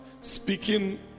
Speaking